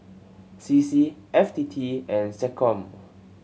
C C F T T and SecCom